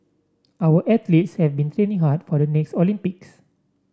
our athletes have been training hard for the next Olympics